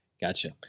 Gotcha